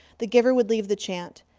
the giver would lead the chant.